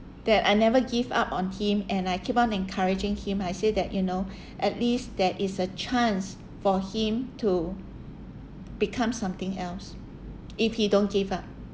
that I never give up on him and I keep on encouraging him I say that you know at least there is a chance for him to become something else if you don't give up